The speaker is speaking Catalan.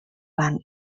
van